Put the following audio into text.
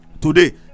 today